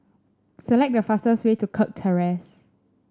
select the fastest way to Kirk Terrace